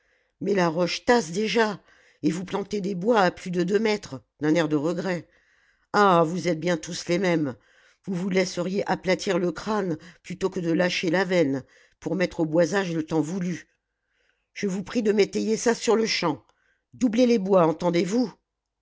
mais la roche tasse déjà et vous plantez des bois à plus de deux mètres d'un air de regret ah vous êtes bien tous les mêmes vous vous laisseriez aplatir le crâne plutôt que de lâcher la veine pour mettre au boisage le temps voulu je vous prie de m'étayer ça sur-le-champ doublez les bois entendez-vous